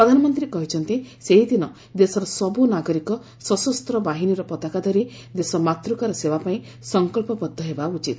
ପ୍ରଧାନମନ୍ତ୍ରୀ କହିଛନ୍ତି ସେହିଦିନ ଦେଶର ସବୁ ନାଗରିକ ସଶସ୍ତ ବାହିନୀର ପତାକା ଧରି ଦେଶମାତୂକାର ସେବା ପାଇଁ ସଫକ୍ସବଦ୍ଧ ହେବା ଉଚିତ